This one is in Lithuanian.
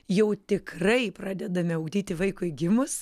jau tikrai pradedame ugdyti vaikui gimus